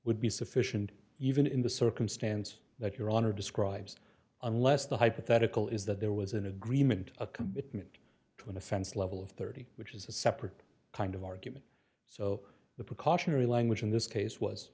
would be sufficient even in the circumstance that your honor describes unless the hypothetical is that there was an agreement a commitment to an offense level of thirty which is a separate kind of argument so the precautionary language in this case was